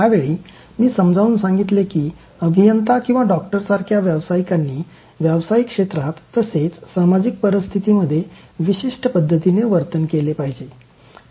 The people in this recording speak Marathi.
त्यावेळी मी समजावून सांगितले की अभियंता किंवा डॉक्टरांसारख्या व्यावसायिकांनी व्यावसायिक क्षेत्रात तसेच सामाजिक परिस्थितीमध्ये विशिष्ट पद्धतीने वर्तन केले पाहिजे